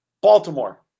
Baltimore